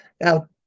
Now